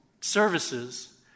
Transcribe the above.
services